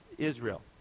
Israel